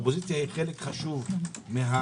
האופוזיציה היא חלק חשוב מהכנסת,